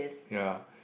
ya